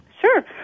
Sure